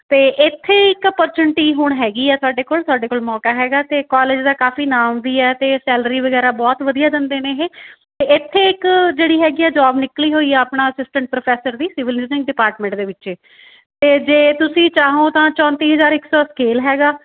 ਅਤੇ ਇੱਥੇ ਇੱਕ ਓਪਰਚੁਨਟੀ ਹੁਣ ਹੈਗੀ ਆ ਸਾਡੇ ਕੋਲ ਸਾਡੇ ਕੋਲ ਮੌਕਾ ਹੈਗਾ ਅਤੇ ਕੋਲਜ ਦਾ ਕਾਫੀ ਨਾਮ ਵੀ ਹੈ ਅਤੇ ਸੈਲਰੀ ਵਗੈਰਾ ਬਹੁਤ ਵਧੀਆ ਦਿੰਦੇ ਨੇ ਇਹ ਇੱਥੇ ਇੱਕ ਜਿਹੜੀ ਹੈਗੀ ਆ ਜੋਬ ਨਿਕਲੀ ਹੋਈ ਆ ਆਪਣਾ ਅਸਿਸਟੈਂਟ ਪ੍ਰੋਫੈਸਰ ਦੀ ਸਿਵਲ ਇੰਜਨੀਅਰ ਡਿਪਾਰਟਮੈਂਟ ਦੇ ਵਿੱਚੇ ਅਤੇ ਜੇ ਤੁਸੀਂ ਚਾਹੋ ਤਾਂ ਚੌਤੀ ਹਜ਼ਾਰ ਇੱਕ ਸੌ ਸਕੇਲ ਹੈਗਾ